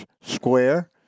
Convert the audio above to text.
Square